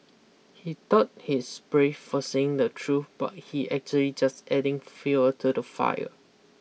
he thought he's brave for saying the truth but he actually just adding fuel to the fire